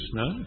no